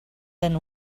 then